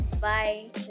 bye